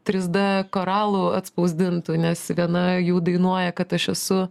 trys d koralų atspausdintų nes viena jų dainuoja kad aš esu